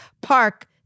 park